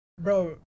Bro